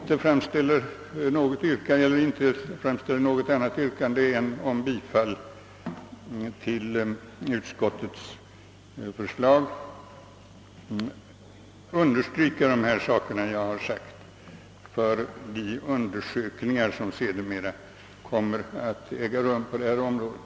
Trots att jag inte har något annat yrkande än om bifall till utskottets hemställan, har jag velat understryka detta med hänsyn till de undersökningar som sedermera kommer att göras på området.